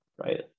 right